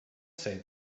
say